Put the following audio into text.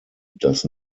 does